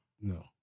No